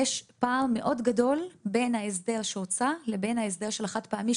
יש פער גדול מאוד בין ההסדר שהוצע לבין ההסדר של החד-פעמי,